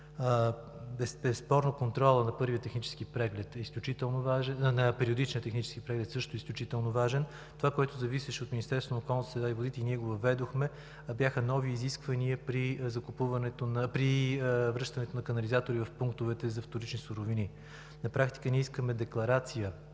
Безспорно контролът при периодичния технически преглед е също изключително важен. Това, което зависеше от Министерството на околната среда и водите, го въведохме – нови изисквания при връщането на катализатори в пунктовете за вторични суровини. На практика ние искаме декларация